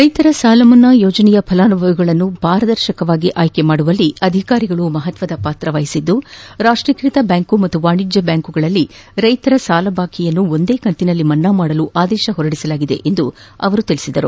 ರೈತರ ಸಾಲಮನ್ನಾ ಯೋಜನೆಯ ಫಲಾನುಭವಿಗಳನ್ನು ಪಾರದರ್ಶಕವಾಗಿ ಆಯ್ಕೆ ಮಾದುವಲ್ಲಿ ಅಧಿಕಾರಿಗಳು ಮಹತ್ವದ ಪಾತ್ರ ವಹಿಸಿದ್ದು ರಾಷ್ಟೀಕೃತ ಬ್ಯಾಂಕು ಹಾಗೂ ವಾಣಿಜ್ಯ ಬ್ಯಾಂಕ್ಗಳಲ್ಲಿನ ರೈತರ ಸಾಲ ಬಾಕಿಯನ್ನು ಒಂದೇ ಕಂತಿನಲ್ಲಿ ಮನ್ನಾ ಮಾಡಲು ಆದೇಶ ಹೊರಡಿಸಲಾಗಿದೆ ಎಂದು ತಿಳಿಸಿದರು